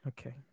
okay